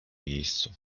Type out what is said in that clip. miejscu